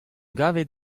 gavet